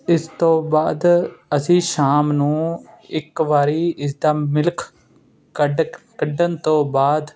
ਇਸ ਤੋਂ ਬਾਅਦ ਅਸੀਂ ਸ਼ਾਮ ਨੂੰ ਇੱਕ ਵਾਰੀ ਇਸਦਾ ਮਿਲਕ ਕਡਕ ਕੱਢਣ ਤੋਂ ਬਾਅਦ